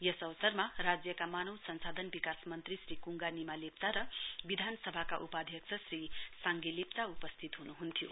यस अवसरमा राज्यका मानव संसाधन विकास मन्त्री श्री क्ङ्गा निमा लेप्चा र विधानसभाका उपाध्यक्ष श्री साङ्गो लेप्चा उपस्थित हुनुहुन्थ्यो